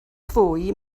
fwy